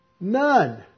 None